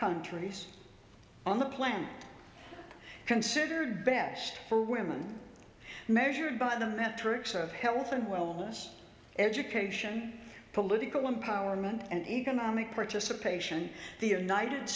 countries on the planet considered best for women measured by the metrics of health and wellness education political empowerment and economic participation the united